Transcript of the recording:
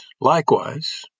likewise